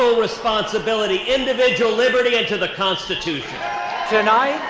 so responsibility, individual liberty and to the constitution tonight,